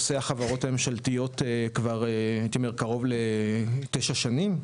החברות הממשלתיות כבר, הייתי אומר, קרוב ל-9 שנים.